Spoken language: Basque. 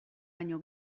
baino